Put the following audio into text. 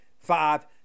five